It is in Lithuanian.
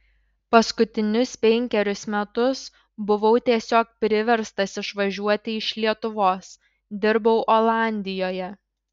paskutinius penkerius metus buvau tiesiog priverstas išvažiuoti iš lietuvos dirbau olandijoje